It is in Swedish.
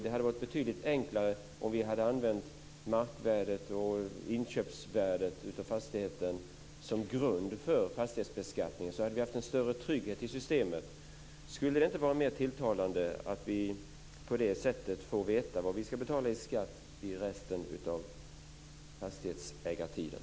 Det hade varit betydligt enklare om vi hade använt markvärdet och inköpsvärdet på fastigheten som grund för fastighetsbeskattningen. Då hade vi haft en större trygghet i systemet. Skulle det inte vara mer tilltalande att vi på det sättet får veta vad vi ska betala i skatt under resten av fastighetsägartiden?